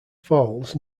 falls